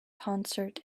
concert